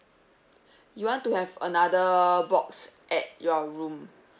you want to have another box at your room